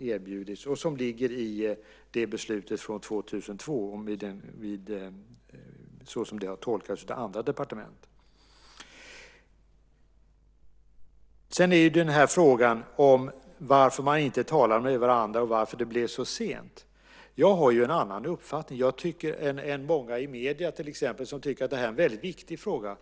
erbjudits och som ligger i beslutet från 2002 såsom det har tolkats av andra departement. När det gäller frågan varför man inte talar med varandra och varför det blev så sent har jag en annan uppfattning än många i medierna till exempel som tycker att det här är en väldigt viktig fråga.